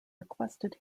requested